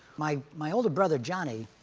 my my older brother johnny